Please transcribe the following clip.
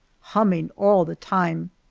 humming all the time.